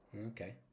Okay